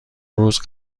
روز